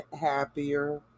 happier